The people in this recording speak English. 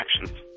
actions